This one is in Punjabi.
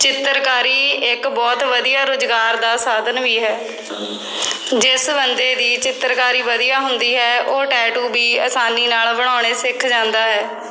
ਚਿੱਤਰਕਾਰੀ ਇੱਕ ਬਹੁਤ ਵਧੀਆ ਰੁਜ਼ਗਾਰ ਦਾ ਸਾਧਨ ਵੀ ਹੈ ਜਿਸ ਬੰਦੇ ਦੀ ਚਿੱਤਰਕਾਰੀ ਵਧੀਆ ਹੁੰਦੀ ਹੈ ਉਹ ਟੈਟੂ ਵੀ ਆਸਾਨੀ ਨਾਲ ਬਣਾਉਣੇ ਸਿੱਖ ਜਾਂਦਾ ਹੈ